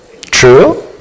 True